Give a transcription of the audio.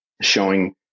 showing